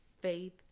faith